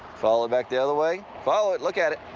follow back the other way. follow it. look at it.